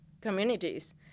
communities